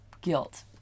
Guilt